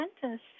sentence